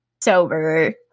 sober